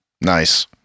Nice